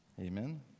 Amen